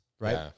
Right